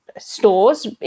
stores